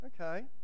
okay